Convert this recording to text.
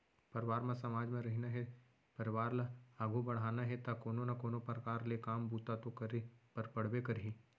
परवार म समाज म रहिना हे परवार ल आघू बड़हाना हे ता कोनो ना कोनो परकार ले काम बूता तो करे बर पड़बे करही